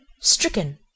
stricken